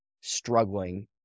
struggling